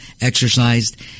exercised